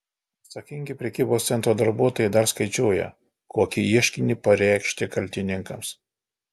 atsakingi prekybos centro darbuotojai dar skaičiuoja kokį ieškinį pareikšti kaltininkams